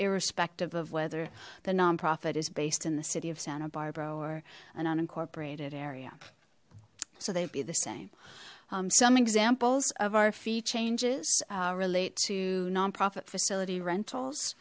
irrespective of whether the nonprofit is based in the city of santa barbara or an unincorporated area so they'd be the same some examples of our fee changes relate to nonprofit facility rentals